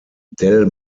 del